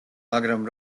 მაგრამ